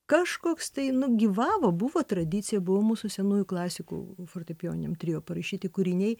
kažkoks tai nu gyvavo buvo tradicija buvo mūsų senųjų klasikų fortepijoniniam trio parašyti kūriniai